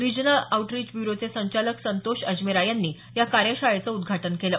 regional outreach ब्यूरोचे संचालक संतोष अजमेरा यांनी या कार्यशाळेचं उदघाटन केलं